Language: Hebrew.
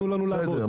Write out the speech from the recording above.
תנו לנו לעבוד.